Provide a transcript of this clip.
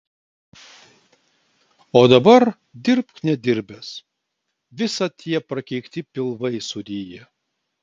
o dabar dirbk nedirbęs visa tie prakeikti pilvai suryja